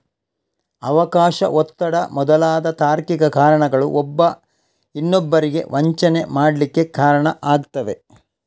ಅವಕಾಶ, ಒತ್ತಡ ಮೊದಲಾದ ತಾರ್ಕಿಕ ಕಾರಣಗಳು ಒಬ್ಬ ಇನ್ನೊಬ್ಬರಿಗೆ ವಂಚನೆ ಮಾಡ್ಲಿಕ್ಕೆ ಕಾರಣ ಆಗ್ತವೆ